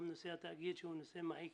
גם נושא התאגיד שהוא נושא מעיק